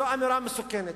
זו אמירה מסוכנת,